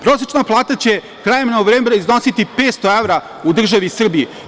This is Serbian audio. Prosečna plata će krajem novembra iznositi 500 evra u državi Srbiji.